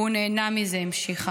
והוא נהנה מזה" המשיכה,